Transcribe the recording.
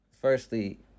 Firstly